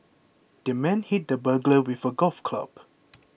the man hit the burglar with a golf club